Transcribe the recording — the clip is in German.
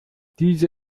diese